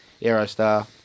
Aerostar